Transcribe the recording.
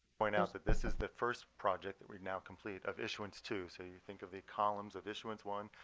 point out that this is that first project that we've now completed of issuance two. so you think of the columns of issuance one.